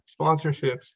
Sponsorships